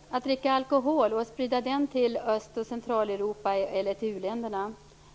Herr talman! Att dricka alkohol och att sprida alkoholen till Öst och Centraleuropa eller till uländerna